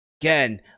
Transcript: Again